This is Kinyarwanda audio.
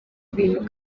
ibintu